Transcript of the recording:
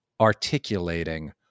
articulating